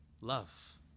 Love